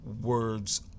words